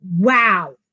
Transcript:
Wow